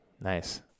Nice